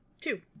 two